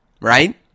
right